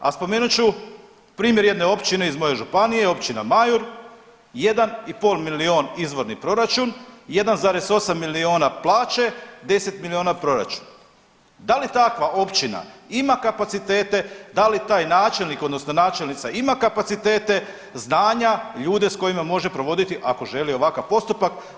A spomenut ću primjer jedne općine iz moje županije, Općina Majur 1,5 milijun izvorni proračun, 1,8 milijuna plaće, 10 milijuna proračun da li takva općina ima kapacitete, da li taj načelnik odnosno načelnica ima kapacitete, znanja, ljude s kojima može provoditi ako želi ovakav postupak?